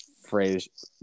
phrase